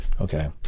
Okay